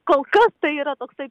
kol kas tai yra toksai